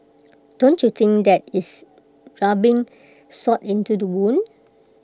don't you think that is rubbing salt into the wound